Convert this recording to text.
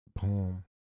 Boom